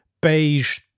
beige